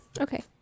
Okay